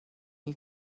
you